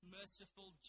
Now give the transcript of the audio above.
merciful